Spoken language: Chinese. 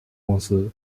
公司